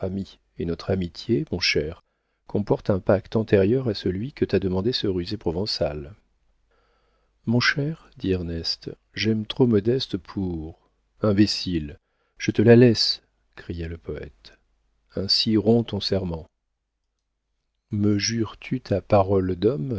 et notre amitié mon cher comporte un pacte antérieur à celui que t'a demandé ce rusé provençal mon cher dit ernest j'aime trop modeste pour imbécile je te la laisse cria le poëte ainsi romps ton serment me jures tu ta parole d'homme